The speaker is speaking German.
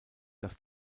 dass